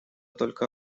только